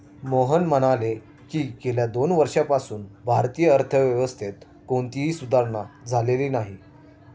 मोहन म्हणाले की, गेल्या दोन वर्षांपासून भारतीय अर्थव्यवस्थेत कोणतीही सुधारणा झालेली नाही